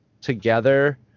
together